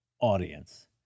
audience